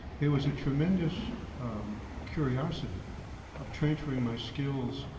there was a tremendous curiosity of transferring my skills,